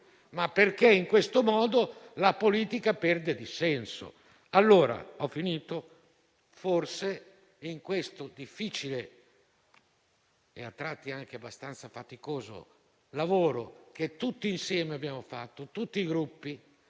perché in questo modo la politica perde di senso. Forse in questo difficile e a tratti anche abbastanza faticoso lavoro che tutti insieme abbiamo fatto, con il